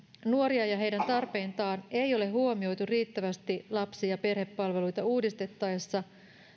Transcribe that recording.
nuoria ja heidän tarpeitaan ei ole huomioitu riittävästi lapsi ja perhepalveluita uudistettaessa